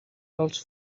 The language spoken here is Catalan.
dels